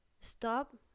Stop